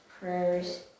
Prayers